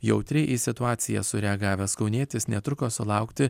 jautriai į situaciją sureagavęs kaunietis netruko sulaukti